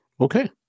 Okay